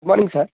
good morning sir